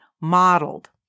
modeled